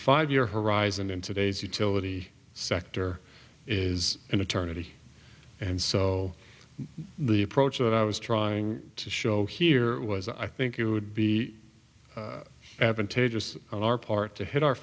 five year horizon in today's utility sector is an eternity and so the approach that i was trying to show here was i think it would be advantageous on our part to hit our